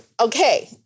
Okay